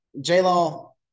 J-Law